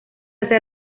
hace